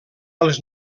els